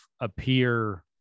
appear